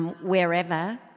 wherever